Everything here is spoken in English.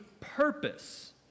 purpose